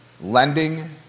Lending